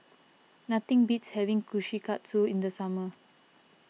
nothing beats having Kushikatsu in the summer